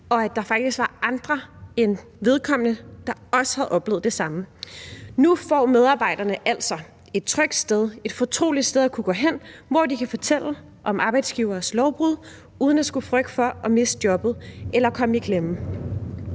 og at der faktisk var andre end personen selv, der havde oplevet det samme. Nu får medarbejderne altså et trygt og fortroligt sted at gå hen, hvor de kan fortælle om arbejdsgiveres lovbrud uden at skulle frygte for at miste jobbet eller komme i klemme.